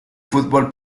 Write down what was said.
fútbol